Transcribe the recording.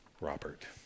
Robert